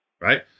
right